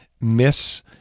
miss